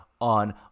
on